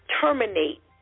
terminate